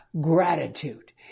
gratitude